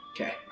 Okay